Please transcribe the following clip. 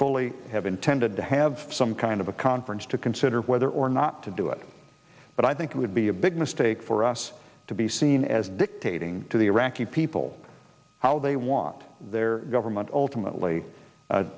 fully have intended to have some kind of conference to consider whether or not to do it but i think it would be a big mistake for us to be seen as dictating to the iraqi people how they want their government ultimately